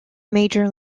major